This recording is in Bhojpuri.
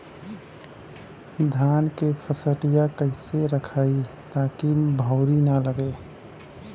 धान क फसलिया कईसे रखाई ताकि भुवरी न लगे?